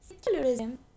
secularism